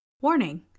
Warning